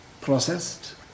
processed